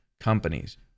companies